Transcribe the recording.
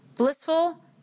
Blissful